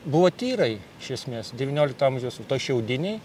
buvo tyrai iš esmės devyniolikto amžiaus va toj šiaudinėj